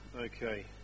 Okay